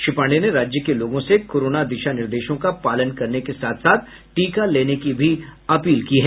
श्री पांडेय ने राज्य के लोगों से कोरोना दिशा निर्देशों का पालन करने के साथ टीका लेने की भी अपील की है